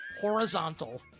Horizontal